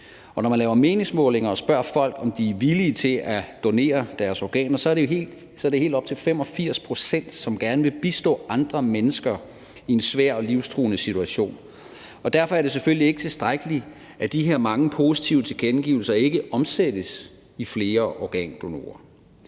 når man laver meningsmålinger og spørger folk, om de er villige til at donere deres organer, er det helt op til 85 pct., som gerne vil bistå andre mennesker i en svær og livstruende situation. Derfor er det selvfølgelig ikke tilstrækkeligt, at de her mange positive tilkendegivelser ikke omsættes i flere organdonorer.